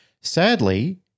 Sadly